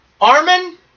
Armin